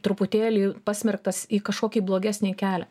truputėlį pasmerktas į kažkokį blogesnį kelią